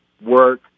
work